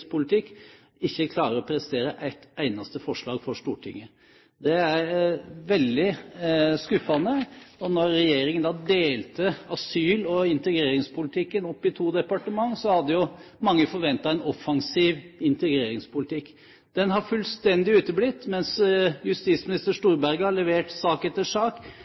ikke klarer å presentere et eneste forslag for Stortinget. Det er veldig skuffende. Da regjeringen delte asyl- og integreringspolitikken opp i to departement, hadde mange forventet en offensiv integreringspolitikk. Den har fullstendig uteblitt. Mens justisminister Storberget har levert sak etter sak,